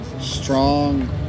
strong